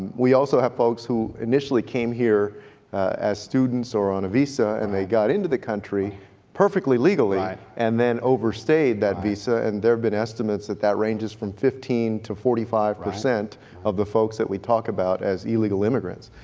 we also have folks who initially came here as students or on a visa and they got into the country perfectly legally, and then overstayed that visa and there have been estimates that that ranges from fifteen to forty five percent of the folks that we talk about as illegal immigrants.